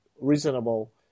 reasonable